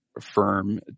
firm